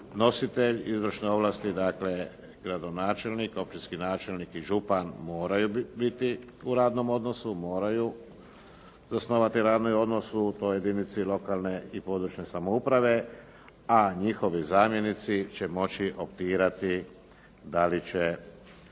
nositelj izvršne ovlasti dakle gradonačelnik, općinski načelnik i župan moraju biti u radnom odnosu, moraju zasnovati radni odnos u toj jedinici lokalne i područne samouprave, a njihovi zamjenici će moći optirati da li će